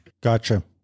Gotcha